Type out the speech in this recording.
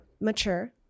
mature